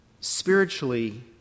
spiritually